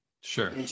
Sure